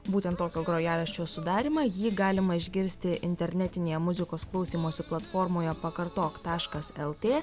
būtent tokio grojaraščio sudarymą jį galima išgirsti internetinėje muzikos klausymosi platformoje pakartok taškas lt